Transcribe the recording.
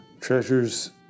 Treasures